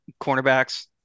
cornerbacks